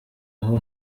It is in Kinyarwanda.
aho